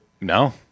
No